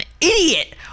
idiot